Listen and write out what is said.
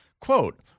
Quote